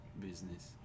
business